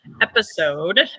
episode